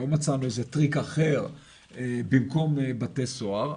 לא מצאנו איזה טריק אחר במקום בתי סוהר,